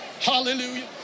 Hallelujah